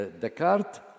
Descartes